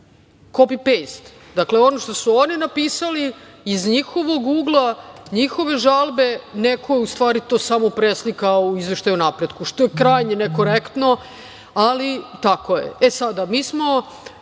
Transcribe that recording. Preslikano. Dakle, ono što su oni napisali iz njihovog ugla, njihove žalbe, neko je u stvari to samo preslikao u Izveštaju o napretku što je krajnje nekorektno, ali tako je. Mi smo